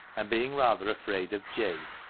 and, being rather afraid of jabe,